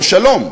או שלום,